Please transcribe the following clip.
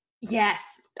Yes